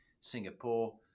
Singapore